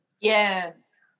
Yes